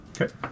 Okay